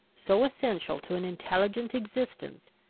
so essential to an intelligent existence,